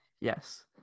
Yes